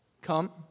come